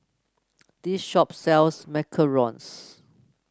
this shop sells Macarons